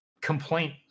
complaint